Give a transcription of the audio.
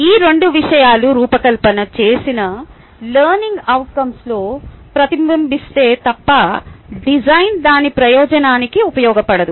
ఈ 2 విషయాలు రూపకల్పన చేసిన లెర్నింగ్ అవుట్కంస్ లో ప్రతిబింబిస్తే తప్ప డిజైన్ దాని ప్రయోజనానికి ఉపయోగపడదు